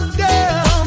girl